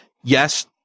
yes